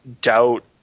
doubt